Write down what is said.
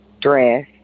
dress